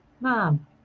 mom